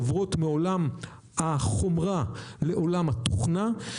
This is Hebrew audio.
עוברות מעולם החומרה לעולם התוכנה.